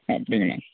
அப்படிங்களா